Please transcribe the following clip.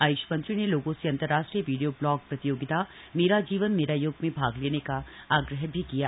आय्ष मंत्री ने लोगों से अंतरराष्ट्रीय वीडियो ब्लॉग प्रतियोगिता मेरा जीवन मेरा योग में भाग लेने का आग्रह किया है